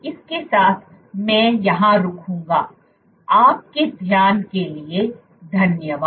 इसके साथ मैं यहां रुकूंगा